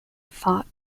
fought